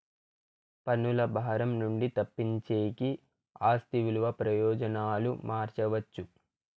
పన్నుల భారం నుండి తప్పించేకి ఆస్తి విలువ ప్రయోజనాలు మార్చవచ్చు